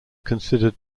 considered